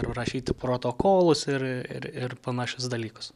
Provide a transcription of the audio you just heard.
rašyti protokolus ir ir panašius dalykus